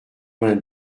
vingt